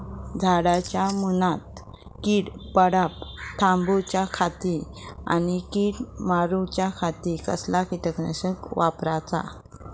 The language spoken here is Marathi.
झाडांच्या मूनात कीड पडाप थामाउच्या खाती आणि किडीक मारूच्याखाती कसला किटकनाशक वापराचा?